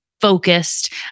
focused